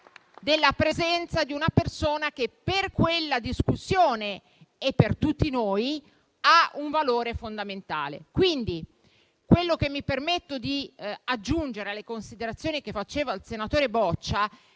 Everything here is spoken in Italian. della presenza di una persona che, per quella discussione e per tutti noi, ha un valore fondamentale. Quindi, quello che mi permetto di aggiungere alle considerazioni del senatore Boccia